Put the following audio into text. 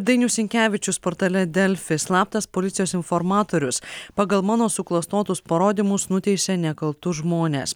dainius sinkevičius portale delfi slaptas policijos informatorius pagal mano suklastotus parodymus nuteisė nekaltus žmones